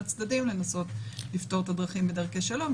הצדדים ולנסות לפתור את הדרכים בדרכי שלום,